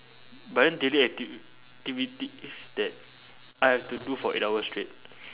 but then daily activ~ ~tivities that I have to do for eight hours straight